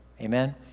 Amen